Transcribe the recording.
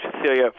Cecilia